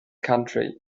country